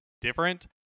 different